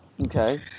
Okay